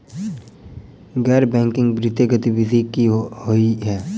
गैर बैंकिंग वित्तीय गतिविधि की होइ है?